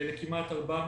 לכ-400